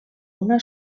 una